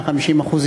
150%,